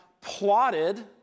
plotted